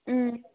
ꯎꯝ